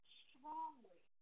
strongly